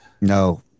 No